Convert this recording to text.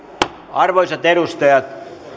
arvoisat edustajat